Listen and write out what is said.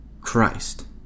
Christ